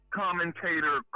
commentator